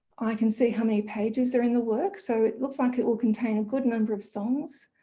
i can see how many pages are in the work so it looks like it will contain a good number of song.